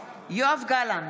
יואב גלנט,